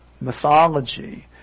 mythology